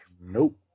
nope